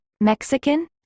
Mexican